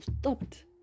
stopped